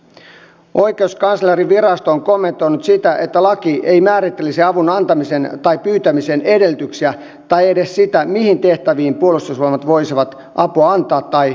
oikeuskanslerinvirasto on kommentoinut sitä että laki ei määrittelisi avun antamisen tai pyytämisen edellytyksiä tai edes sitä mihin tehtäviin puolustusvoimat voisivat apua antaa tai vastaanottaa